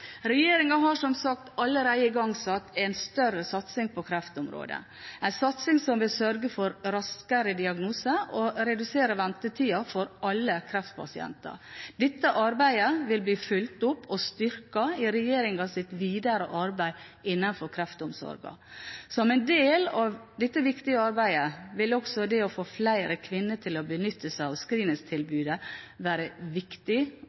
har som sagt allerede igangsatt en større satsing på kreftområdet, en satsing som vil sørge for raskere diagnose og redusere ventetiden for alle kreftpasienter. Dette arbeidet vil bli fulgt opp og styrket i regjeringens videre arbeid innenfor kreftomsorgen. Som en del av dette viktige arbeidet vil også det å få flere kvinner til å benytte seg av screeningtilbudet, være viktig,